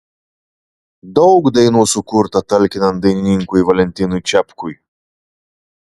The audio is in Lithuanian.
daug dainų sukurta talkinant dainininkui valentinui čepkui